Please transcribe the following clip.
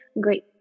great